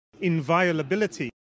inviolability